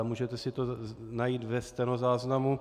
Můžete si to najít ve stenozáznamu.